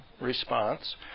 response